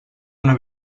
una